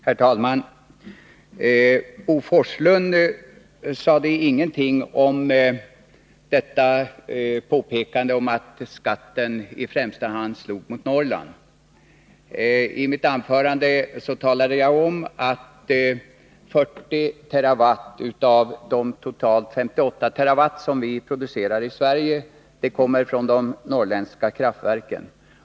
Herr talman! Bo Forslund sade ingenting om påpekandet att skatten Torsdagen den främst slår mot Norrland. I mitt anförande talade jag om att 40 TWh av de 16 december 1982 totalt 58 TWh som vi producerar i Sverige kommer från de norrländska kraftverken.